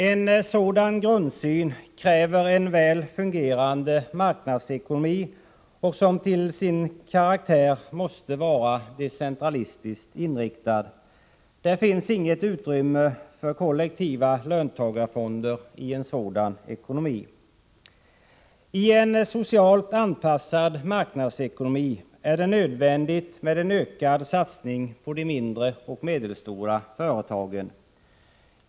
En sådan grundsyn kräver en väl fungerande marknadsekonomi, som till sin karaktär måste vara decentralistiskt inriktad. Det finns inget utrymme för kollektiva löntagarfonder i en sådan ekonomi. I en socialt anpassad marknadsekonomi är det nödvändigt med en ökad satsning på de mindre och medelstora företagen.